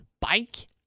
Bike